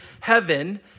heaven